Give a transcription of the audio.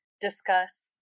discuss